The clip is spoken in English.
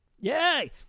Yay